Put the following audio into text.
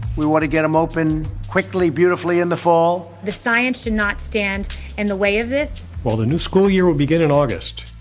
we want to get em open quickly, beautifully in the fall. the science should not stand in the way of this. while the new school year will begin in august,